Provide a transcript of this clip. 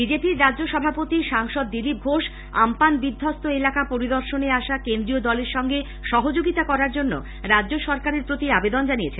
বিজেপির রাজ্য সভাপতি সাংসদ দিলীপ ঘোষ আমপান বিধ্বস্ত এলাকা পরিদর্শনে আসা কেন্দ্রীয় দলের সঙ্গে সহযোগিতা করার জন্য রাজ্য সরকারের প্রতি আবেদন জানিয়েছেন